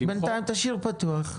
בינתיים תשאיר פתוח.